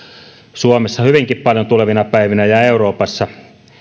hyvinkin paljon tulevina päivinä suomessa ja euroopassa